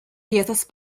piezas